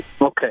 Okay